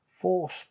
force